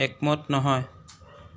একমত নহয়